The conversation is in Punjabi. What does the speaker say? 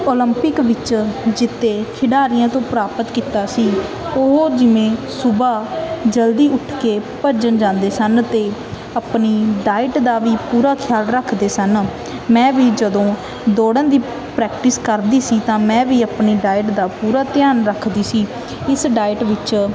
ਓਲੰਪਿਕ ਵਿੱਚ ਜਿੱਤੇ ਖਿਡਾਰੀਆਂ ਤੋਂ ਪ੍ਰਾਪਤ ਕੀਤਾ ਸੀ ਉਹ ਜਿਵੇਂ ਸੁਬਹਾ ਜਲਦੀ ਉੱਠ ਕੇ ਭੱਜਣ ਜਾਂਦੇ ਸਨ ਅਤੇ ਆਪਣੀ ਡਾਇਟ ਦਾ ਵੀ ਪੂਰਾ ਖਿਆਲ ਰੱਖਦੇ ਸਨ ਮੈਂ ਵੀ ਜਦੋਂ ਦੌੜਨ ਦੀ ਪ੍ਰੈਕਟਿਸ ਕਰਦੀ ਸੀ ਤਾਂ ਮੈਂ ਵੀ ਆਪਨੀ ਡਾਈਟ ਦਾ ਪੂਰਾ ਧਿਆਨ ਰੱਖਦੀ ਸੀ ਇਸ ਡਾਈਟ ਵਿੱਚ